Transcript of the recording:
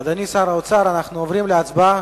אדוני שר האוצר, אנחנו עוברים להצבעה.